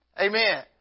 Amen